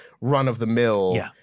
run-of-the-mill